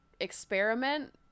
experiment